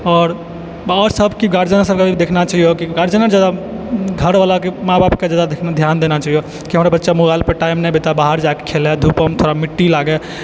आओर सबके गार्जियन सबके भी देखना चाहिओ गार्जियन ज्यादा घरवला माइ बापके ज्यादा धियान देना चाहिए कि हमरा बच्चा मोबाइलपर टाइम नहि बिताबै बाहर जाकऽ खेल धूप थोड़ा मिट्टी लागै